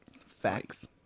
Facts